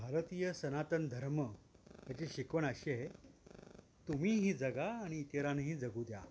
भारतीय सनातन धर्म ह्याची शिकवण अशी आहे तुम्ही ही जगा आणि इतरानाही जगू द्या